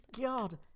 God